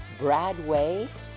Bradway